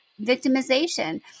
victimization